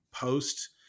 Post